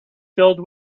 filled